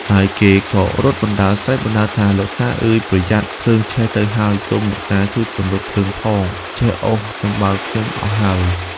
ហើយគេក៏រត់បណ្តើរស្រែកបណ្តើរថា លោកតាអើយប្រយ័ត្ន! ភ្លើងឆេះទៅហើយ សូមលោកតាជួយពន្លត់ភ្លើងផង ឆេះអុសចំបើងខ្ញុំអស់ហើយ។